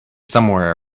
somewhere